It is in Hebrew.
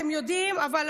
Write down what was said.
אתם יודעים,